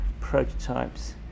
prototypes